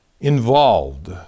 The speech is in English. involved